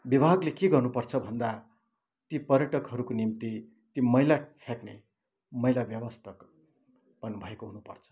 विभागले के गर्नुपर्छ भन्दा ती पर्यटकहरूको निम्ति ती मैला फ्याँक्ने मैला व्यवस्थापन भएको हुनुपर्छ